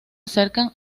acercan